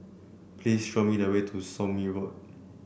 please show me the way to Somme Road